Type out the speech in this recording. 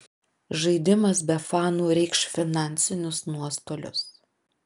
žaidimas be fanų reikš finansinius nuostolius